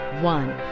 one